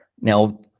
Now